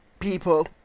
people